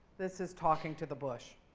this is talking to the bush.